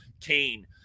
Kane